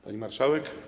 Pani Marszałek!